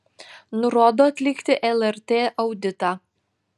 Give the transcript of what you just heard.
nurodo atlikti lrt auditą